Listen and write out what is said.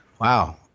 Wow